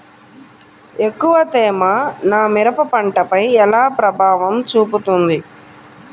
ఎక్కువ తేమ నా మిరప పంటపై ఎలా ప్రభావం చూపుతుంది?